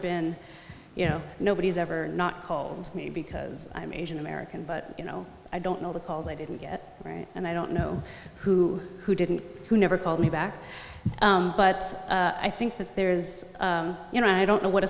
been you know nobody's ever not called me because i'm asian american but you know i don't know because i didn't get it right and i don't know who who didn't who never called me back but i think that there is you know i don't know what